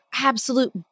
absolute